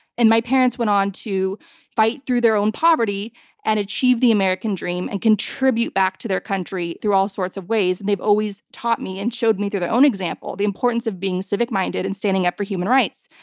and my parents went on to fight through their own poverty and achieve the american dream and contribute back to their country through all sorts of ways. they've always taught me and showed me, through their own example, the importance of being civic minded and standing up for human rights.